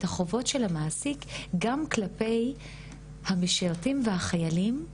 חובות המעסיק גם כלפיי המשרתים והחיילים.